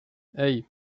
hey